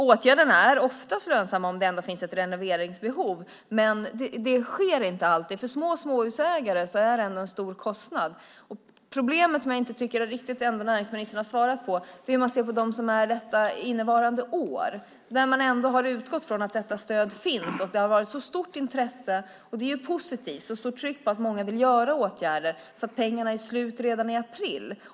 Åtgärderna är oftast lönsamma om det ändå finns ett renoveringsbehov, men det sker inte alltid. För små småhusägare är det trots allt en stor kostnad. Frågan, som jag inte tycker att näringsministern riktigt svarat på, är hur man ser på dem som planerat ett byte under innevarande år. De har utgått från att stödet finns, och intresset har varit stort. Det är positivt att det är ett så stort tryck därför att så många vill vidta åtgärder så att pengarna är slut redan i april.